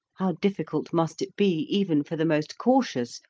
how difficult must it be, even for the most cautious,